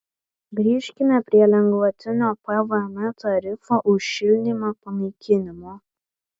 grįžkime prie lengvatinio pvm tarifo už šildymą panaikinimo